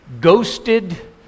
Ghosted